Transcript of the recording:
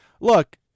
look